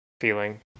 feeling